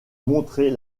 montrer